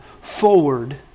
forward